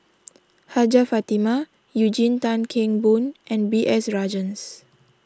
Hajjah Fatimah Eugene Tan Kheng Boon and B S Rajhans